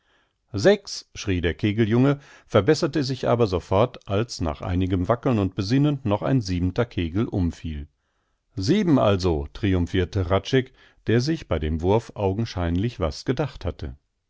sechs schrie der kegeljunge verbesserte sich aber sofort als nach einigem wackeln und besinnen noch ein siebenter kegel umfiel sieben also triumphirte hradscheck der sich bei dem wurf augenscheinlich was gedacht hatte